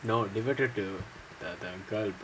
no devoted to the girl